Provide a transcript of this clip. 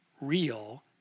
real